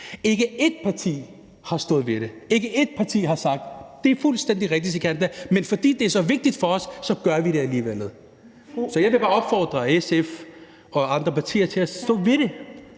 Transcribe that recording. Ikke ét parti har stået ved det. Ikke ét parti har sagt: Det er fuldstændig rigtigt, Sikandar, men fordi det er så vigtigt for os, gør vi det alligevel. Så jeg vil bare opfordre SF og andre partier til at stå ved det.